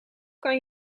kan